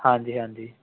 ਹਾਂਜੀ ਹਾਂਜੀ